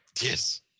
Yes